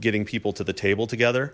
getting people to the table together